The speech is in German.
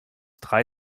drei